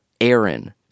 Aaron